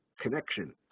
connection